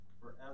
forever